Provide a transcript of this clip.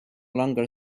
longer